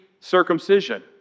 circumcision